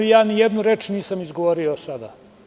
Ni jednu reč nisam izgovorio sada.